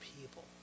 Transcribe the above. people